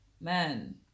man